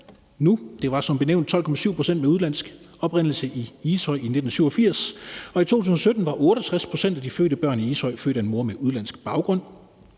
benævnt 12,7 pct. med udenlandsk oprindelse i Ishøj i 1987, og i 2017 var 68 pct. af de fødte børn i Ishøj født af en mor med udenlandsk baggrund.